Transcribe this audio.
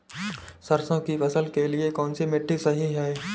सरसों की फसल के लिए कौनसी मिट्टी सही हैं?